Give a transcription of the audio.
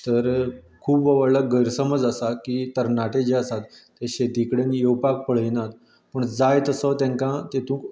तर खूब व्हडलो गैर समज आसा की तरणाटे जे आसात ते शेती कडेन येवपाक पळयनात पूण जाय तसो तेंका तेतूंत